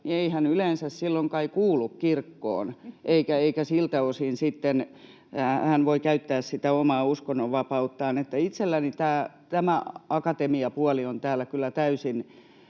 oppeja, yleensä silloin kai kuulu kirkkoon, ja siltä osin hän sitten voi käyttää sitä omaa uskonnonvapauttaan. Että itselläni tämä akatemiapuoli on täällä kyllä täysin